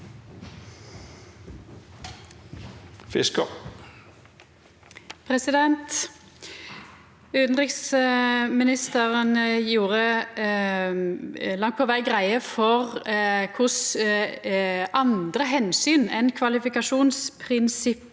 Utanriksministeren gjorde langt på veg greie for korleis andre omsyn enn kvalifikasjonsprinsippet